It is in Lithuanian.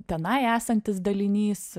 tenai esantis dalinys